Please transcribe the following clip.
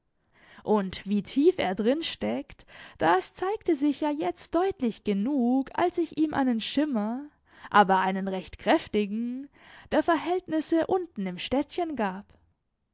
und wie tief er drin steckt das zeigte sich ja jetzt deutlich genug als ich ihm einen schimmer aber einen recht kräftigen der verhältnisse unten im städtchen gab